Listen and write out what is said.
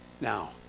Now